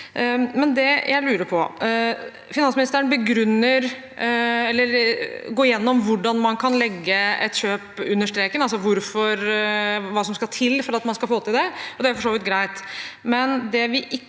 eller går gjennom, hvordan man kan legge et kjøp under streken, altså hva som skal til for at man skal få til det. Det er for så vidt greit,